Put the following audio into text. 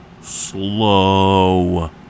slow